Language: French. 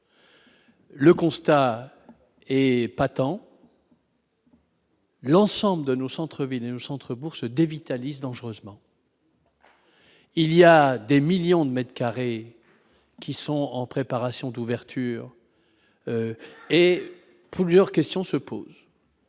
Le constat est épatant. L'ensemble de nos centres-villes nous Centre Bourse dévitalisé dangereusement. Il y a des millions de m2 qui sont en préparation, d'ouverture et plusieurs questions se posent.